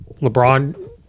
LeBron